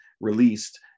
released